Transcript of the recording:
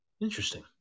Interesting